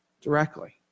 directly